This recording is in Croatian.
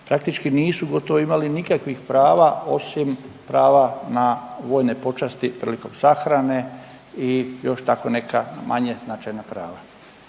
praktički nisu gotovo imali nikakvih prava osim prava na vojne počasti prilikom sahrane i još tako neka manje značajna prava.